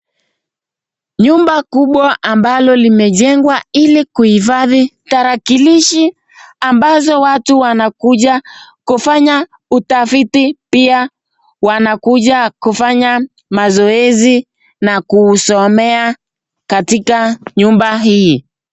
Nyumba kubwa ambalo limejengwa ili kuhifadhi tarakilishi ambazo watu wanakuja kufanya utafiti pia wanakuja kufanya mazoezi na kusomea katika nyumba hii.